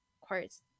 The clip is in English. quotes